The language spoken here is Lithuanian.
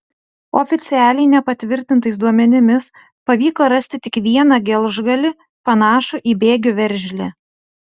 oficialiai nepatvirtintais duomenimis pavyko rasti tik vieną gelžgalį panašų į bėgių veržlę